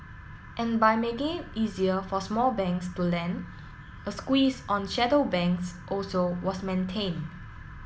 and by making it easier for small banks to lend a squeeze on shadow banks also was maintain